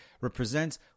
represents